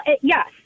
yes